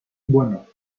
bueno